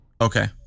Okay